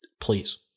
Please